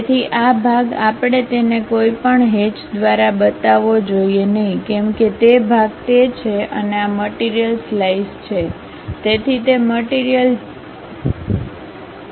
તેથી આ ભાગ આપણે તેને કોઈ પણ હેચ દ્વારા બતાવવો જોઈએ નહીં કેમકે તે ભાગ તે છે અને આ મટીરીયલ સ્લાઈસ છે તેથી તે મટીરીયલ તે છે